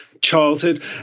childhood